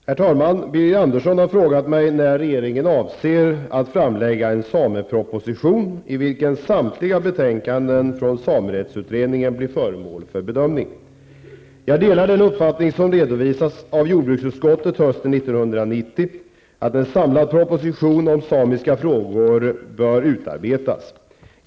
Herr talman! Birger Andersson har frågat mig när regeringen avser att framlägga en sameproposition, i vilken samtliga betänkanden från samerättsutredningen blir föremål för bedömning. Jag delar den uppfattning som redovisades av jordbruksutskottet hösten 1990 att en samlad proposition om samiska frågor bör utarbetas.